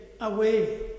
away